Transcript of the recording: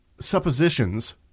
suppositions